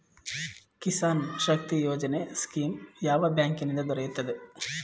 ಕಿಸಾನ್ ಶಕ್ತಿ ಯೋಜನೆ ಸ್ಕೀಮು ಯಾವ ಬ್ಯಾಂಕಿನಿಂದ ದೊರೆಯುತ್ತದೆ?